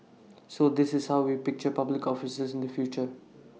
so this is how we picture public officers in the future